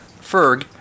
Ferg